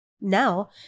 Now